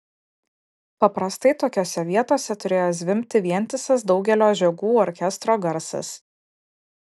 paprastai tokiose vietose turėjo zvimbti vientisas daugelio žiogų orkestro garsas